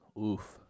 Oof